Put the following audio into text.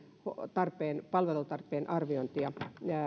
palvelutarpeensa arviointia